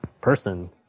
person